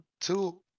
Two